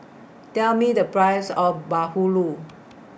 Tell Me The Price of Bahulu